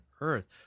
earth